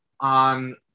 on